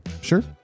Sure